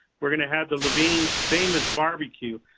we're going to have the laveen famous barbecue.